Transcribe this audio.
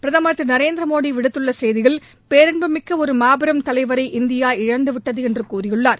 பிரதமர் திரு நரேந்திரமோடி விடுத்துள்ள செய்தியில் பேரன்பு மிக்க ஒரு மாபெரும் தலைவரை இந்தியா இழந்துவிட்டது என்று கூறியுள்ளார்